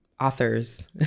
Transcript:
authors